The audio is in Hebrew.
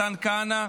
מתן כהנא,